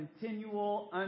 continual